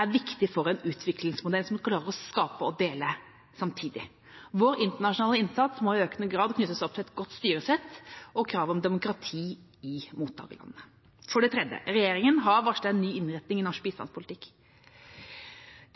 er viktig for en utviklingsmodell som klarer å skape og dele samtidig. Vår internasjonale innsats må i økende grad knyttes opp til et godt styresett og krav om demokrati i mottakerlandene. For det tredje: Regjeringa har varslet en ny innretning i norsk bistandspolitikk.